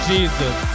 Jesus